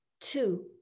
two